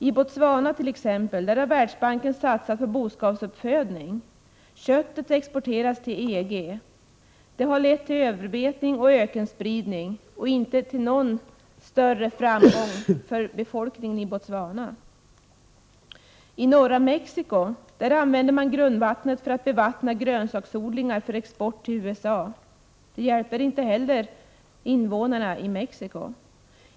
I Botswana har Världsbanken satsat på boskapsuppfödning. Köttet exporteras till EG. Det harlett till överbetning och ökenspridning och inte till någon större framgång för befolkningen i Botswana. I norra Mexico använder man grundvattnet för att bevattna grönsaksodlingar för export till USA. Det hjälper inte heller invånarna i Mexico.